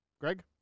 Greg